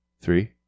three